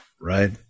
right